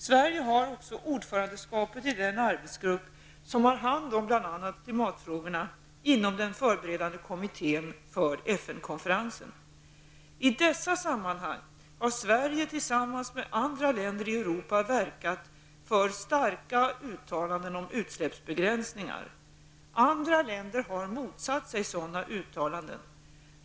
Sverige har också ordförandeskapet i den arbetsgrupp som har hand om bl.a. klimatfrågorna inom den förberedande kommittén för FN I dessa sammanhang har Sverige tillsammans med andra länder i Europa verkat för starka uttalanden om utsläppsbegränsningar. Andra länder har motsatt sig sådana uttalanden.